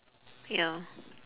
ya